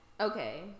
okay